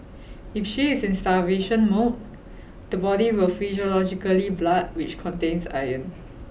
if she is in starvation mode the body will physiologically blood which contains iron